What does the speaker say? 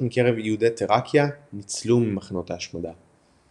מקרב יהודי תראקיה ניצלו ממחנות ההשמדה.